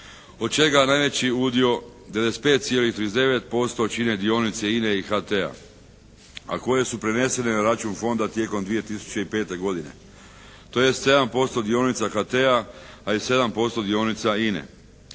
od čega najveći udio 95,39% čine dionice INA-e i HT-a, a koje su prenesene na račun fonda tijekom 2005. godine, tj. 7% dionica HT-a, a …/Govornik se